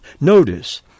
Notice